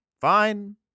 Fine